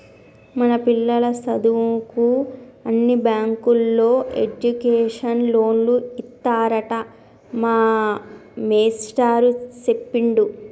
మన పిల్లల సదువుకు అన్ని బ్యాంకుల్లో ఎడ్యుకేషన్ లోన్లు ఇత్తారట మా మేస్టారు సెప్పిండు